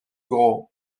grands